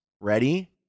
Ready